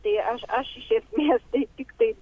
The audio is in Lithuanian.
tai aš aš iš esmės tai tiktai